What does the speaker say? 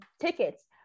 tickets